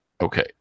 okay